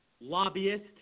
lobbyist